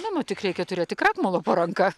na nu tik reikia turėti krakmolo po ranka